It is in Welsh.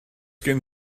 gen